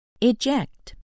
Eject